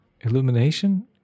Illumination